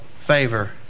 favor